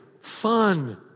Fun